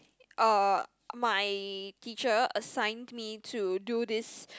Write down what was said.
uh my teacher assigned me to do this